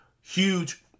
Huge